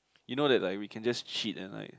you know that like we can just cheat and like